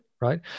Right